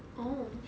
oh